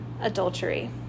adultery